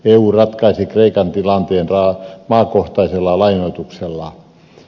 eu ratkaisi kreikan tilanteen maakohtaisella lainoituksella